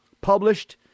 published